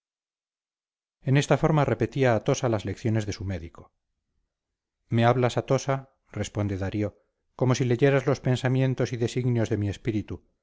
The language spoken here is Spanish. en esta forma repetía atosa las lecciones de su médico me hablas atosa responde darío como si leyeras los pensamientos y designios de mi espíritu